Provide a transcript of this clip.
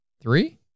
Three